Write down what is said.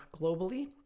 globally